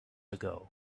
ago